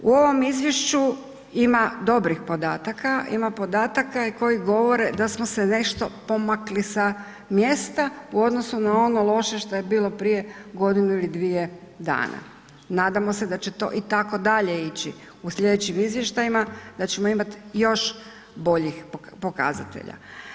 U ovom izvješću ima dobrih podataka, ima podataka i koji govore da smo se nešto pomakli sa mjesta u odnosu na ono loše šta je bilo prije godinu ili dvije dana, nadamo se da će to i tako dalje ići u slijedećim izvještajima, da ćemo imati još boljih pokazatelja.